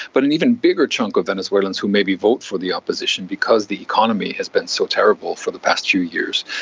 but an even bigger chunk of venezuelans who maybe vote for the opposition because the economy has been so terrible for the past few years.